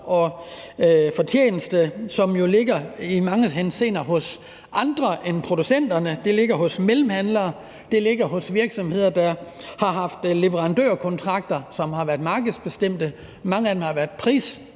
og fortjenester, som i mange henseender ligger hos andre end producenterne. De ligger hos mellemhandlere, de ligger hos virksomheder, der har haft leverandørkontrakter, som har været markedsbestemte – mange af dem har været